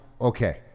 okay